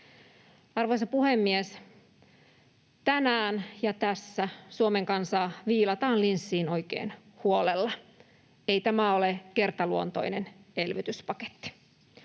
Arvoisa puhemies! Tänään ja tässä Suomen kansaa viilataan linssiin oikein huolella. Ei tämä ole kertaluontoinen elvytyspaketti.